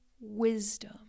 wisdom